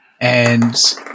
and-